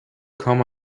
come